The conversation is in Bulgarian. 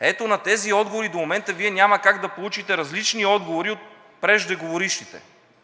Ето на тези отговори до момента Вие няма как да получите различни отговори от преждеговорившите.